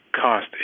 cost